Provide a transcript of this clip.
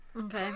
okay